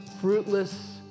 fruitless